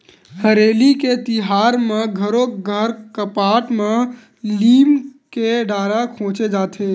हरेली के तिहार म घरो घर कपाट म लीम के डारा खोचे जाथे